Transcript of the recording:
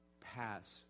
pass